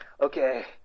Okay